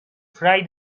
fry